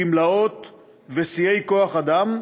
גמלאות ושיאי כוח-אדם,